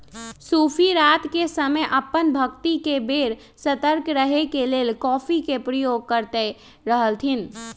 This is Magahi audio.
सूफी रात के समय अप्पन भक्ति के बेर सतर्क रहे के लेल कॉफ़ी के प्रयोग करैत रहथिन्ह